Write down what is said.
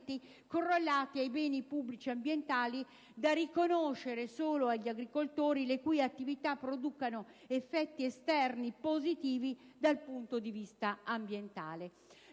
correlati ai beni pubblici ambientali da riconoscere solo agli agricoltori le cui attività producano effetti esterni positivi dal punto di vista ambientale.